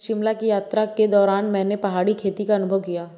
शिमला की यात्रा के दौरान मैंने पहाड़ी खेती का अनुभव किया